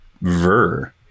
ver